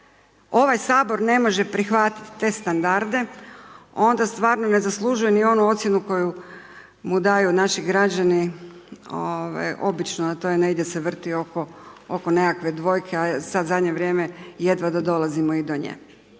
ovaj sabor ne može prihvatiti te standarde onda stvarno ne zaslužuje ni onu ocjenu koju mu daju naši građani ovaj običnu, a to je negdje se vrti oko nekakve 2-ke a sad zadnje vrijeme jedva da dolazimo i do nje.